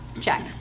Check